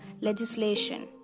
legislation